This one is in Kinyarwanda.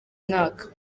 mwaka